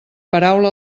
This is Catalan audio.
paraula